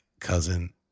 cousin